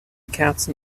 kerzen